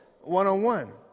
one-on-one